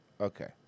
Okay